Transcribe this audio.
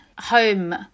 home